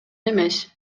эмес